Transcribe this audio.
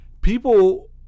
people